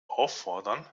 auffordern